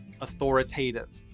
authoritative